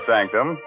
Sanctum